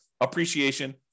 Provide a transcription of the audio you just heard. appreciation